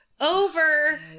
over